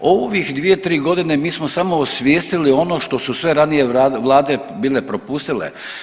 U ovih 2-3 godine mi smo samo osvijestili ono što su sve ranije vlade bile propustile.